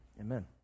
Amen